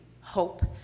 hope